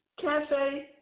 Cafe